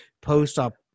post-up